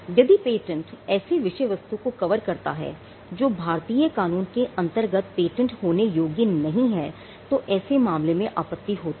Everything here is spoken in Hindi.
यदि patent ऐसे विषय वस्तु को कवर करता है जो भारतीय कानून के अंतर्गत पेटेंट होने के योग्य नहीं है तो ऐसे मामले में आपत्ति होती है